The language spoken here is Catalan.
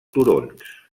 turons